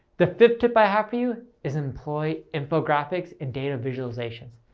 the fifth tip i have for you is employee infographics and data visualizations.